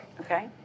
Okay